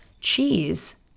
cheese